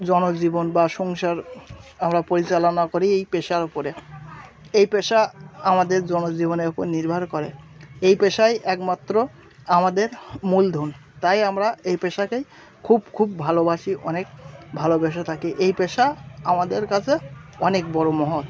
জনজীবন বা সংসার আমরা পরিচালনা করি এই পেশার ওপরে এই পেশা আমাদের জনজীবনের ওপর নির্ভর করে এই পেশাই একমাত্র আমাদের মূলধন তাই আমরা এই পেশাকে খুব খুব ভালোবাসি অনেক ভালোবেসে থাকি এই পেশা আমাদের কাছে অনেক বড় মহৎ